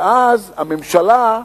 שאז הממשלה,